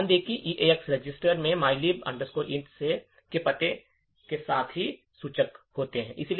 तो ध्यान दें कि EAX रजिस्टर में mylib int के सही पते के सूचक होते हैं